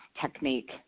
technique